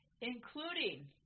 Including